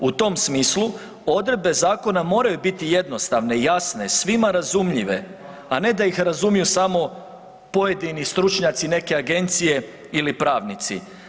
U tom smislu odredbe zakona moraju biti jednostavne i jasne, svima razumljive, a ne da ih razumiju samo pojedini stručnjaci neke agencije ili pravnici.